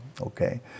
Okay